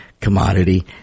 commodity